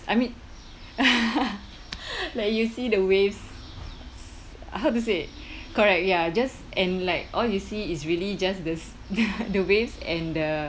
I mean like you see the waves how to say correct ya just and like all you see is really just the the waves and the